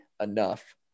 enough